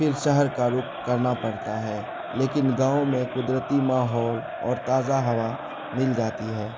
پھر شہر کا رخ کرنا پڑتا ہے لیکن گاؤں میں قدرتی ماحول اور تازہ ہوا مل جاتی ہے